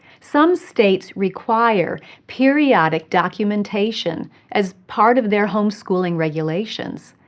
some states require periodic documentation as part of their homeschooling regulations.